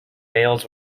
males